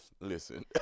Listen